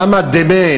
למה "דמי"?